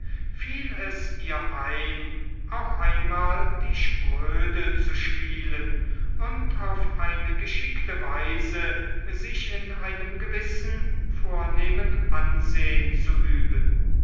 fiel es ihr ein auch einmal die spröde zu spielen und auf eine geschickte weise sich in einem gewissen vornehmen ansehen zu üben